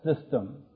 system